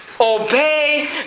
obey